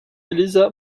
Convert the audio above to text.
eliza